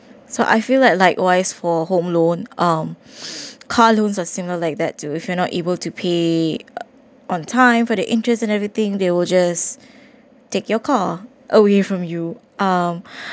so I feel like likewise for home loan um car loans are similar like that too if you're not able to pay on time for the interests and everything they will just take your car away from you um